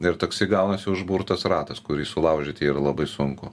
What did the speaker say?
ir taksi gaunasi užburtas ratas kurį sulaužyti yra labai sunku